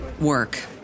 work